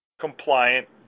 compliant